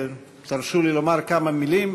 תרשו לי לומר כמה מילים: